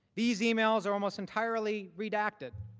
these emails are almost entirely redacted.